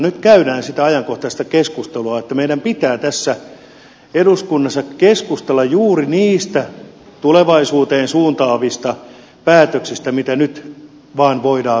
nyt käydään sitä ajankohtaista keskustelua että meidän pitää tässä eduskunnassa keskustella juuri niistä tulevaisuuteen suuntaavista päätöksistä mitä nyt vaan voidaan vielä tehdä